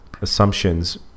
Assumptions